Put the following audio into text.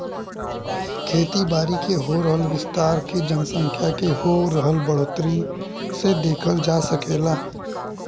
खेती बारी के हो रहल विस्तार के जनसँख्या के हो रहल बढ़ोतरी से देखल जा सकऽता